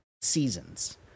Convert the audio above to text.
Seasons